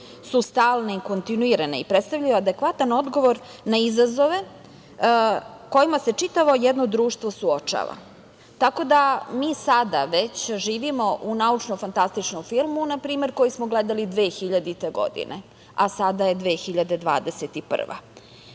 su stalne i kontinuirane i predstavljaju adekvatan odgovor na izazove kojima se čitavo jedno društvo suočava. Tako da, mi sada već živimo u naučno-fantastičnom filmu npr. koji smo gledali 2000. godine, a sada je 2021.